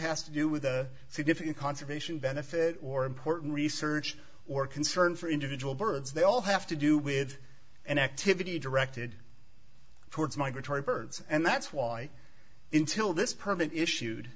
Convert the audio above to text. has to do with a significant conservation benefit or important research or concern for individual birds they all have to do with an activity directed towards migratory birds and that's why in till this permit issued